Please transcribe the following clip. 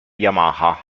yamaha